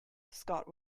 scott